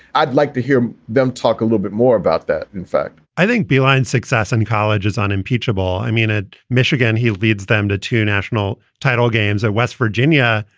i'd like to hear them talk a little bit more about that in fact, i think bylined success in college is unimpeachable. i mean, at michigan, he leads them to two national title games at west virginia.